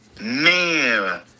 Man